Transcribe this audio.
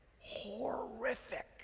horrific